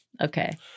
Okay